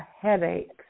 headaches